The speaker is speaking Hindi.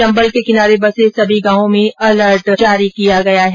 चम्बल के किनारे बसे सभी गांवों में अलर्ट जारी किया गया है